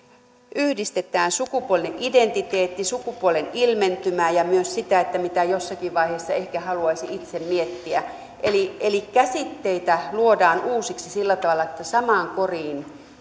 yhdistetään sukupuolinen identiteetti sukupuolen ilmentymä ja myös sitä mitä jossakin vaiheessa ehkä haluaisi itse miettiä niin kyllä silloin käsitteitä luodaan uusiksi sillä tavalla että samaan koriin